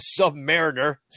submariner